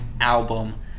album